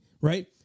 right